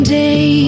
day